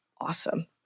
awesome